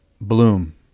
bloom